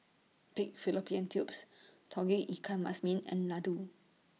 Pig Fallopian Tubes Tauge Ikan Masin and Laddu